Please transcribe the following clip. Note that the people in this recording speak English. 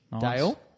Dale